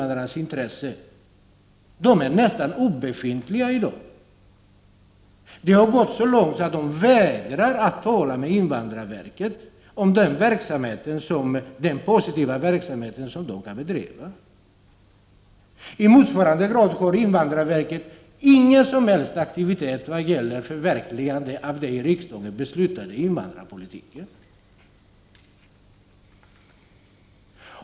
Sådana insatser är nästintill obefintliga i dag. Det har gått så långt att de vägrar att tala med invandrarverket om den positiva verksamhet som de kan bedriva. I motsvarande grad har invandrarverket ingen som helst aktivitet när det gäller att förverkliga den av riksdagen beslutade invandrarpolitiken.